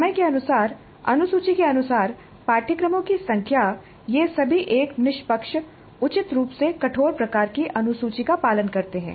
समय के अनुसार अनुसूची के अनुसार पाठ्यक्रमों की संख्या ये सभी एक निष्पक्ष उचित रूप से कठोर प्रकार की अनुसूची का पालन करते हैं